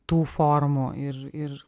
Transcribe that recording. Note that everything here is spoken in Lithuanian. tų formų ir ir